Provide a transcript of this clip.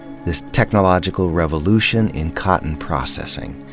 this technological revolution in cotton processing.